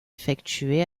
effectué